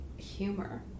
Humor